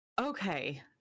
Okay